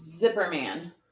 Zipperman